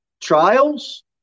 Trials